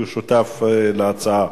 כי הוא שותף להצעה.